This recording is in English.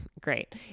great